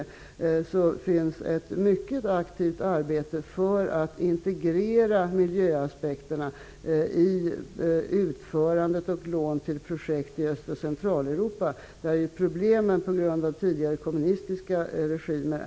Där görs ett mycket aktivt arbete för att integrera miljöaspekterna när det gäller utförande av och lån till projekt i Öst och Centraleuropa. Problemen är mycket, mycket stora på grund av tidigare kommunistiska regimer.